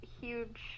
huge